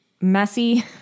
messy